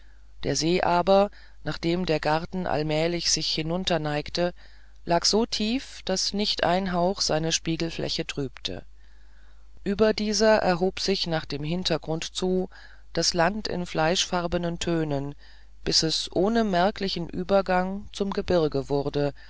der see aber nach dem der garten mählich sich hinunter neigte lag so tief daß nicht ein hauch seine spiegelfläche trübte über dieser erhob sich nach dem hintergrund zu das land in fleischfarbenen tönen bis es ohne merklichen übergang zum gebirge wurde